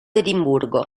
edimburgo